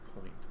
point